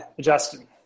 Justin